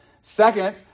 Second